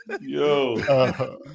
yo